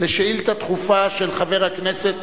על שאילתא דחופה של חבר הכנסת